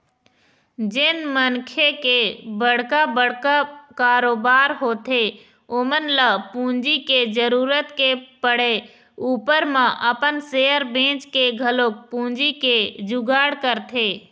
जेन मनखे के बड़का बड़का कारोबार होथे ओमन ल पूंजी के जरुरत के पड़े ऊपर म अपन सेयर बेंचके घलोक पूंजी के जुगाड़ करथे